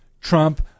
Trump